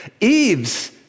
Eve's